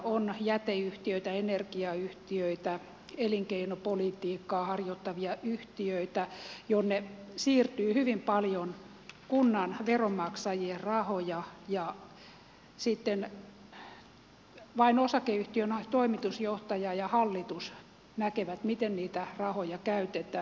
on jäteyhtiöitä energiayhtiöitä elinkeinopolitiikkaa harjoittavia yhtiöitä joihin siirtyy hyvin paljon kunnan veronmaksajien rahoja ja sitten vain osakeyhtiön toimitusjohtaja ja hallitus näkevät miten niitä rahoja käytetään